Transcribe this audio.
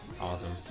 awesome